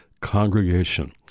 congregation